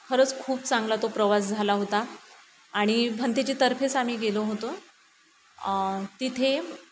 खरंच खूप चांगला तो प्रवास झाला होता आणि भंतेची तर्फेच आम्ही गेलो होतो तिथे